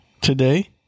today